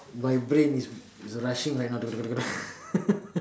my brain is rushing right now